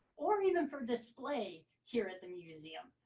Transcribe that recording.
or even for display here at the museum.